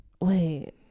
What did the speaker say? Wait